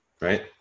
right